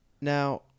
Now